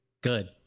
Good